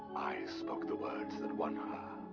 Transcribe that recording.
i spoke the words that won